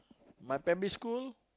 my primary school